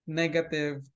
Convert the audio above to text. negative